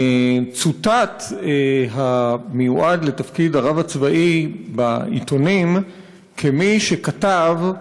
צוטט המיועד לתפקיד הרב הצבאי בעיתונים כמי שכתב: